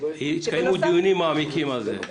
התקיימו דיונים מעמיקים על זה.